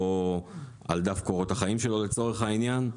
או על דף קורות החיים שלו לצורך העניין.